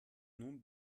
nun